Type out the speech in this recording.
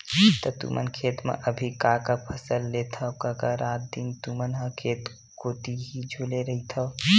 त तुमन खेत म अभी का का फसल लेथव कका रात दिन तुमन ह खेत कोती ही झुले रहिथव?